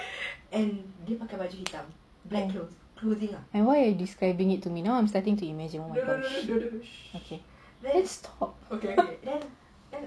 and why you describing it to me now I'm starting to imagine okay